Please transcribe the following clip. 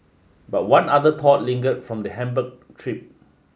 but one other thought lingered from the Hamburg trip